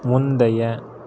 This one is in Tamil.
முந்தைய